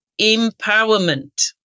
empowerment